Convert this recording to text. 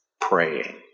praying